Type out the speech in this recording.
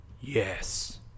Yes